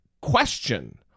question